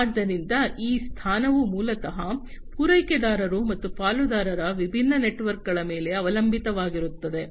ಆದ್ದರಿಂದ ಈ ಸ್ಥಾನವು ಮೂಲತಃ ಪೂರೈಕೆದಾರರು ಮತ್ತು ಪಾಲುದಾರರ ವಿಭಿನ್ನ ನೆಟ್ವರ್ಕ್ಗಳ ಮೇಲೆ ಅವಲಂಬಿತವಾಗಿರುತ್ತದೆ